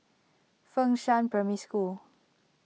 Fengshan Primary School